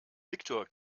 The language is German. viktor